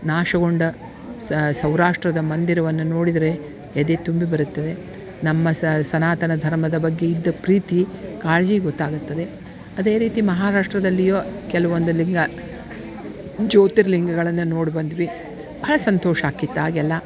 ನಾಶಗೊಂಡ ಸೌರಾಷ್ಟ್ರದ ಮಂದಿರವನ್ನ ನೋಡಿದರೆ ಎದೆ ತುಂಬಿ ಬರುತ್ತದೆ ನಮ್ಮ ಸನಾತನ ಧರ್ಮದ ಬಗ್ಗೆ ಇದ್ದ ಪ್ರೀತಿ ಕಾಳಜಿ ಗೊತ್ತಾಗತ್ತದೆ ಅದೇ ರೀತಿ ಮಹಾರಾಷ್ಟ್ರದಲ್ಲಿಯು ಕೆಲವೊಂದು ಲಿಂಗ ಜ್ಯೋತಿರ್ಲಿಂಗಗಳನ್ನ ನೋಡಿ ಬಂದ್ವಿ ಭಾಳ ಸಂತೋಷ ಆಕ್ಕಿತ್ತು ಆಗೆಲ್ಲಾ